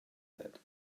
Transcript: that